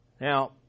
Now